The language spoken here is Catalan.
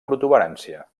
protuberància